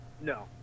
No